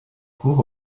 cours